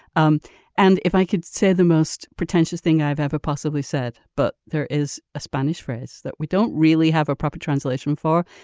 um and if i could say the most pretentious thing i've ever possibly said. but there is a spanish phrase that we don't really have a proper translation for.